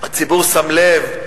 הציבור שם לב,